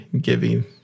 giving